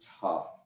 tough